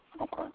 okay